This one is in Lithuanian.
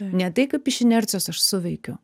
ne tai kaip iš inercijos aš suveikiu